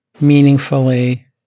meaningfully